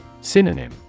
Synonym